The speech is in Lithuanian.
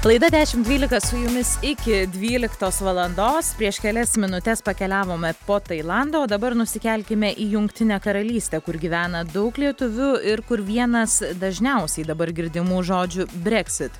laida dešim dvylika su jumis iki dvyliktos valandos prieš kelias minutes pakeliavome po tailandą o dabar nusikelkime į jungtinę karalystę kur gyvena daug lietuvių ir kur vienas dažniausiai dabar girdimų žodžių breksit